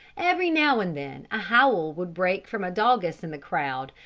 every now and then, a howl would break from a doggess in the crowd,